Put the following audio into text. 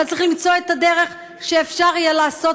אבל צריך למצוא את הדרך שאפשר יהיה לעשות